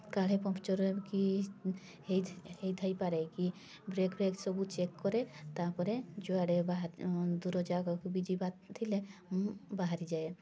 କାଳେ ପଙ୍କଚର୍ କି ହେଇ ହେଇଥାଇ ପାରେ କି ବ୍ରେକ୍ ଫ୍ରେକ୍ ସବୁ ଚେକ୍ କରେ ତା'ପରେ ଯୁଆଡ଼େ ଦୂର ଜାଗାକୁ ବି ଯିବାର ଥିଲେ ମୁଁ ବାହାରି ଯାଏ